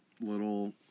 little